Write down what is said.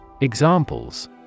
Examples